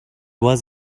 was